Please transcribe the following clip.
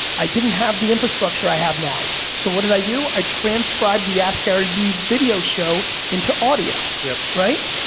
i didn't have the infrastructure i have now, so what did i do? i transcribed the ask gary vee video show into audio, yeah right,